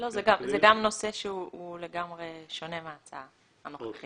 זה גם נושא שהוא לגמרי שונה מההצעה הנוכחית.